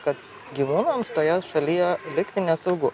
kad gyvūnams toje šalyje likti nesaugu